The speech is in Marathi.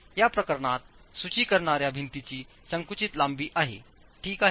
या प्रकरणात सूचित करणार्या भिंतीची संकुचित लांबी आहे ठीक आहे